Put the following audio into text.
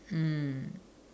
mm